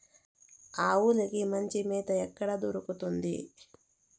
ఆవులకి మంచి మేత ఎక్కడ దొరుకుతుంది?